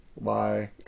bye